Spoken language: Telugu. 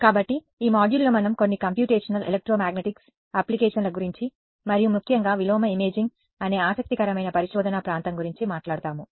కాబట్టి ఈ మాడ్యూల్లో మనం కొన్ని కంప్యూటేషనల్ ఎలెక్ట్రోమాగ్నెటిక్స్ అప్లికేషన్ల గురించి మరియు ముఖ్యంగా విలోమ ఇమేజింగ్ అనే ఆసక్తికరమైన పరిశోధనా ప్రాంతం గురించి మాట్లాడుతాము